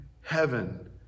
heaven